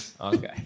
Okay